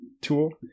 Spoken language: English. tool